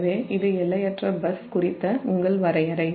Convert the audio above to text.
எனவே இது எல்லையற்ற பஸ் குறித்த உங்கள் வரையறை